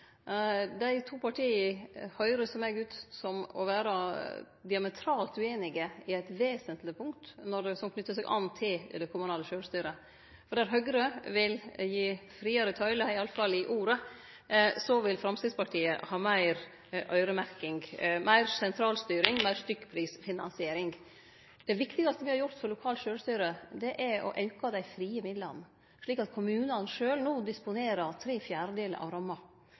Dei to partia høyrast for meg ut til å vere diametralt usamde om eit vesentleg punkt knytt til det kommunale sjølvstyret. Der Høgre vil gi friare taumar – iallfall i ordet – vil Framstegspartiet ha meir øyremerking, meir sentralstyring og meir stykkprisfinansiering. Det viktigaste me har gjort for lokalt sjølvstyre, er å auke dei frie midla, slik at kommunane no sjølve disponerer tre firedeler av ramma,